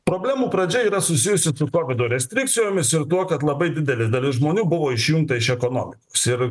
problemų pradžia yra susijusi su kovido restrikcijomis ir tuo kad labai didelė dalis žmonių buvo išjungta iš ekonomikos ir